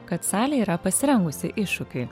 kad salė yra pasirengusi iššūkiui